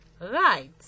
right